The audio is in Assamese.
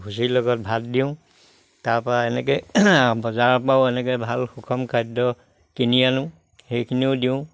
ভুচিৰ লগত ভাত দিওঁ তাৰ পৰা এনেকে বজাৰৰ পৰাও এনেকে ভাল সুষম খাদ্য কিনি আনো সেইখিনিও দিওঁ